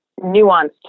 nuanced